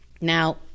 now